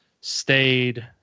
stayed